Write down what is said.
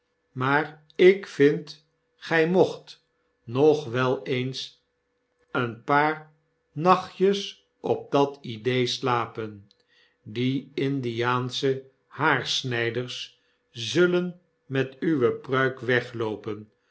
maar ik vind gy mocht nog wel eens een paarnachtjes op dat idee slapen die indiaansche haarsnijders zullen met uwe pruik wegloopen